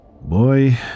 Boy